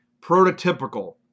prototypical